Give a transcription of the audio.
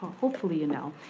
hopefully you know,